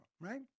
Right